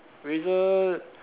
Razer